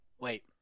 Wait